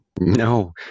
No